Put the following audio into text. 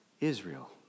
Israel